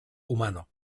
humano